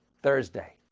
thursday.